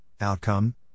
outcome